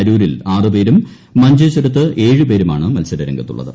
അരൂരിൽ ആറ് പേരും മഞ്ചേശ്വരത്ത് ഏഴ് പേരുമാണ് മത്സര രംഗത്തുള്ളത്